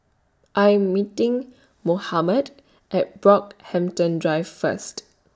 I Am meeting Mohamed At Brockhampton Drive First